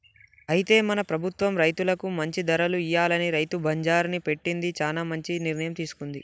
అయితే మన ప్రభుత్వం రైతులకు మంచి ధరలు ఇయ్యాలని రైతు బజార్ని పెట్టింది చానా మంచి నిర్ణయం తీసుకుంది